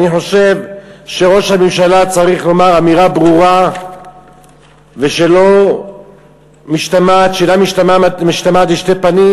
אני חושב שראש הממשלה צריך לומר אמירה ברורה ושאינה משתמעת לשתי פנים.